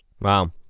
Wow